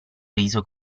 riso